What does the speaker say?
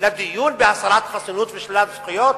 לדיון בהסרת חסינות ושלילת זכויות?